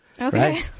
Okay